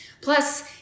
Plus